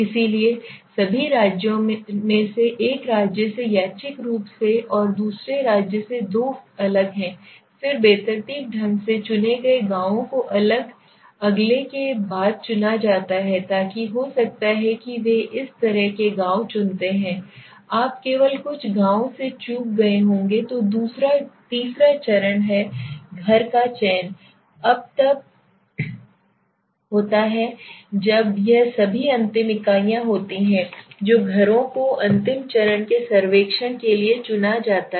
इसलिए सभी राज्यों में से एक राज्य से यादृच्छिक रूप से और दूसरे राज्य से दो अलग हैं फिर बेतरतीब ढंग से चुने गए गांवों को अगले के बाद चुना जाता है ताकि हो सकता है कि वे इस तरह के गाँव चुनते हैं आप केवल कुछ गाँवों से चूक गए होंगे तो तीसरा चरण है घर का चयन अब तब होता है जब यह सभी अंतिम इकाइयाँ होती हैं जो घरों को अंतिम चरण के सर्वेक्षण के लिए चुना जाता है